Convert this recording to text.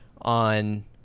on